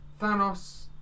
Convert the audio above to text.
Thanos